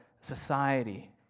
society